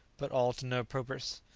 but all to no purpose.